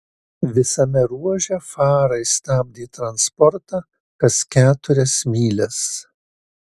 visame ruože farai stabdė transportą kas keturias mylias